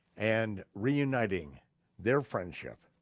and reuniting their friendship.